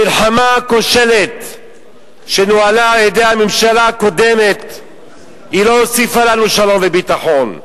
המלחמה הכושלת שנוהלה על-ידי הממשלה הקודמת לא הוסיפה לנו שלום וביטחון,